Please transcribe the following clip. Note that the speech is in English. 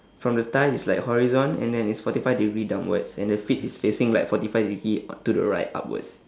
from the thigh it's like horizon and then it's forty five degree downwards and the feet is facing like forty five degree o~ to the right upwards